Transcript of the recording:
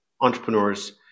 entrepreneurs